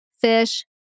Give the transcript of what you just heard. fish